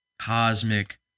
cosmic